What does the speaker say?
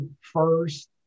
first